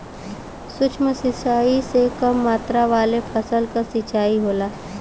सूक्ष्म सिंचाई से कम मात्रा वाले फसल क सिंचाई होला